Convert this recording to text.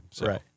Right